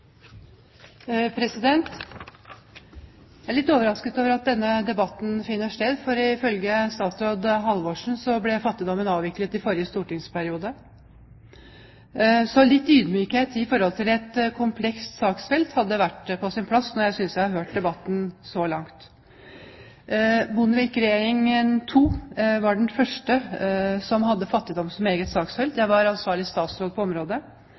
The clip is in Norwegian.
at denne debatten finner sted, for ifølge statsråd Halvorsen ble fattigdommen avviklet i forrige stortingsperiode. Så litt ydmykhet i forhold til et komplekst saksfelt hadde vært på sin plass, etter at jeg har hørt debatten så langt. Bondevik II-regjeringen var den første som hadde fattigdom som eget saksfelt. Jeg var ansvarlig statsråd på området.